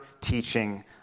teaching